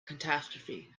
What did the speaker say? catastrophe